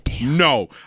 no